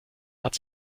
hat